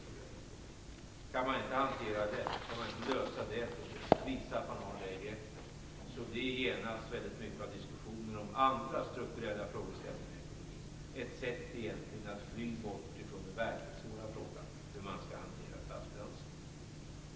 Kan man inte hantera det, lösa det problemet och visa att man har det greppet blir genast väldigt mycket av diskussionen om andra strukturella frågeställningar i ekonomin ett sätt egentligen att fly bort ifrån den verkligt svåra frågan, nämligen hur man skall hantera statsfinanserna.